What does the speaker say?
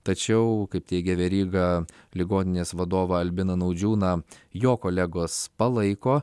tačiau kaip teigia veryga ligoninės vadovą albiną naudžiūną jo kolegos palaiko